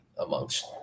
amongst